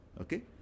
okay